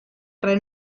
tre